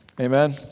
Amen